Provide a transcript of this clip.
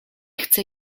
chcę